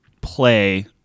play